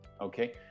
Okay